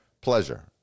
pleasure